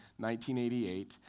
1988